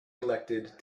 elected